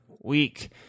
week